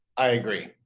i agree